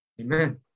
Amen